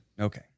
Okay